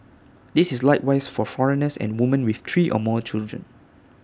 this is likewise for foreigners and woman with three or more children